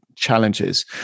challenges